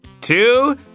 two